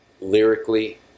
lyrically